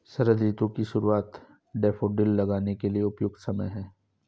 शरद ऋतु की शुरुआत डैफोडिल लगाने के लिए उपयुक्त समय है